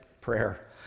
prayer